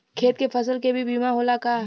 खेत के फसल के भी बीमा होला का?